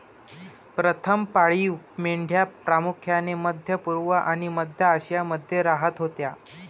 प्रथम पाळीव मेंढ्या प्रामुख्याने मध्य पूर्व आणि मध्य आशियामध्ये राहत होत्या